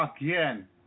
again